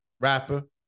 rapper